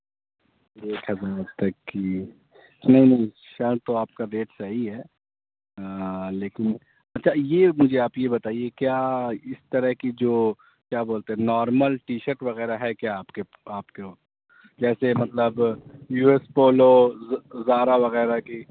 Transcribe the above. ایک ہزار تک کی نہیں نہیں شرٹ تو آپ کا ریٹ صحیح ہے لیکن اچھا یہ مجھے آپ یہ بتائیے کیا اس طرح کی جو کیا بولتے ہیں نارمل ٹی شرٹ وغیرہ ہے کیا آپ کے آپ کے جیسے مطلب یو ایس پولو زارہ وغیرہ کی